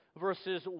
verses